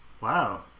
Wow